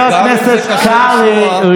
לא לשקר.